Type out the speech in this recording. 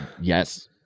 Yes